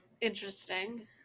interesting